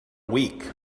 week